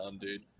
dude